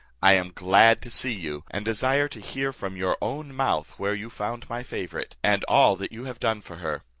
i am glad to see you, and desire to hear from your own mouth where you found my favourite, and all that you have done for her.